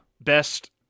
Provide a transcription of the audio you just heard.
best